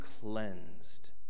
cleansed